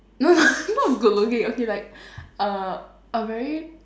no no not good looking okay like err a very